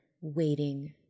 waiting